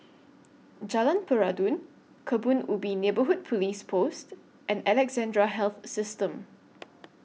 Jalan Peradun Kebun Ubi Neighbourhood Police Post and Alexandra Health System